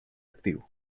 actiu